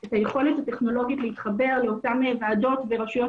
את היכולת הטכנולוגית להתחבר לאותן ועדות ברשויות